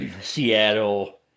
Seattle